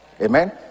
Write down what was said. amen